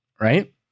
right